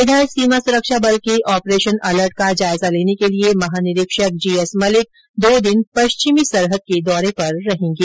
इधर सीमा सुरक्षा बल के ऑपरेशन अलर्ट का जायजा लेने के लिये महानिरीक्षक जी एस मलिक दो दिन पश्चिमी सरहद के दौरे पर रहेंगे